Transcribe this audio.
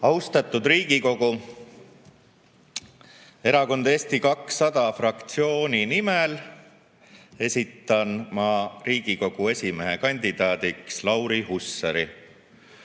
Austatud Riigikogu! Erakond Eesti 200 fraktsiooni nimel esitan ma Riigikogu esimehe kandidaadiks Lauri Hussari.